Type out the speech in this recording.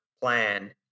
plan